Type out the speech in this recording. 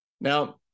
Now